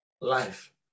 life